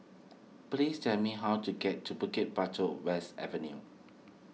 please tell me how to get to Bukit Batok West Avenue